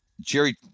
Jerry –